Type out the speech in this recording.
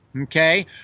okay